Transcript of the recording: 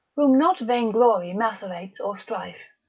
whom not vain glory macerates or strife.